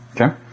Okay